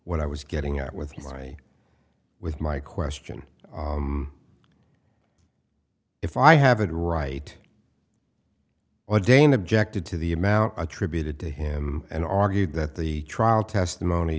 what i was getting at with you with my question if i have it right or dame objected to the amount attributed to him and argued that the trial testimony